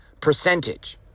percentage